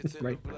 right